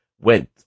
went